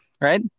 right